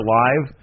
live